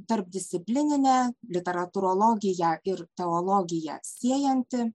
tarpdisciplininė literatūrologiją ir teologiją siejanti